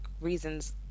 reasons